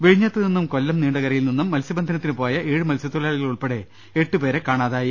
വിഴിഞ്ഞത്തുനിന്നും കൊല്ലം നീണ്ടകരയിൽ നിന്നും മത്സ്യ ബന്ധനത്തിന് പോയ ഏഴ് മത്സ്യത്തൊഴിലാളികൾ ഉൾപ്പെടെ എട്ടുപേരെ കാണാതായി